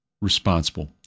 responsible